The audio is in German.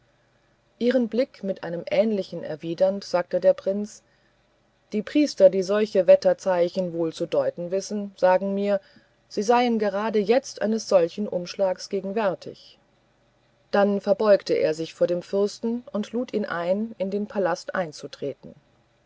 ihren blick mit einem ähnlichen erwidernd sagte der prinz die priester die solche wetterzeichen wohl zu deuten wissen sagen mir sie seien gerade jetzt eines solchen umschlags gewärtig dann verbeugte er sich vor dem fürsten und lud ihn ein in den palast einzutreten